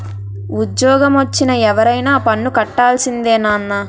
ఉజ్జోగమొచ్చిన ఎవరైనా పన్ను కట్టాల్సిందే నాన్నా